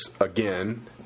again